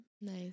Nice